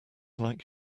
like